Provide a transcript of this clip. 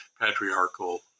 patriarchal